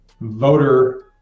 voter